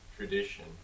tradition